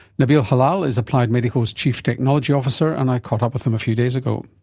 nabil hilal is applied medical's chief technology officer and i caught up with him a few days ago.